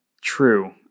True